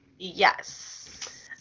Yes